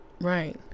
Right